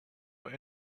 what